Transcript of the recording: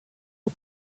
the